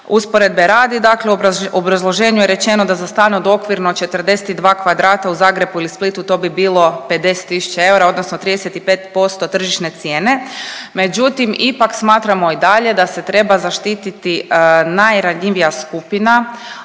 Usporedbe radi dakle u obrazloženju je rečeno da za stan od okvirno 42 m2 u Zagrebu ili Splitu to bi bilo 50 tisuća eura odnosno 35% tržišne cijene. Međutim ipak smatramo i dalje da se treba zaštititi najranjivija skupina,